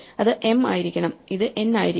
ഇത് m ആയിരിക്കണം ഇത് n ആയിരിക്കണം